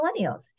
millennials